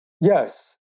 Yes